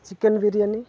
chicken biriyani